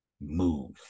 move